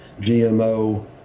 GMO